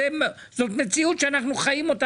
זאת מציאות שאנחנו חיים אותה.